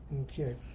Okay